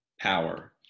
power